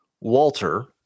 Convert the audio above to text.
Walter